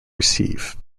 receive